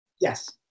Yes